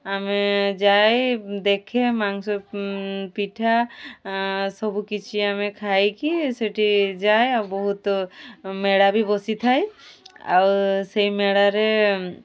ଆମେ ଯାଇ ଦେଖେ ମାଂସ ପିଠା ସବୁ କିଛି ଆମେ ଖାଇକି ସେଠି ଯାଏ ଆଉ ବହୁତ ମେଳା ବି ବସିଥାଏ ଆଉ ସେଇ ମେଳାରେ